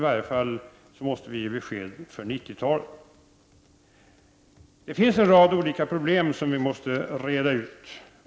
Vi måste åtminstone ge besked för 90-talet. Det finns en rad olika problem som vi måste reda ut.